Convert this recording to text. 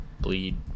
Bleed